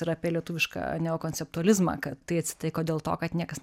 yra apie lietuvišką neokonceptualizmą kad tai atsitiko dėl to kad niekas